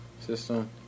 system